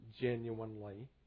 genuinely